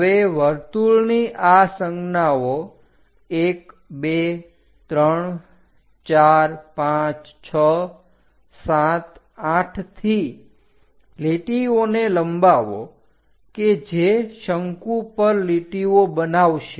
હવે વર્તુળની આ સંજ્ઞાઓ 12345678 થી લીટીઓને લંબાવો કે જે શંકુ પર લીટીઓ બનાવશે